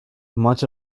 much